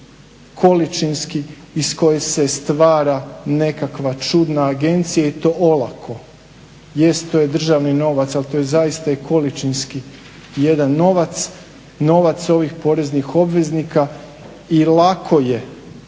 količinski iz koje se stvara nekakva čudna agencija i to olako. Jest, to je državni novac ali to je zaista i količinski jedan novac, novac ovih poreznih obveznika i lako je